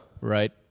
Right